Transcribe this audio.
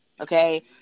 Okay